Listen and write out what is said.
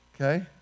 Okay